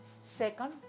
Second